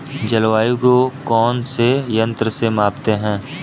जलवायु को कौन से यंत्र से मापते हैं?